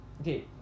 Okay